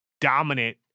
dominant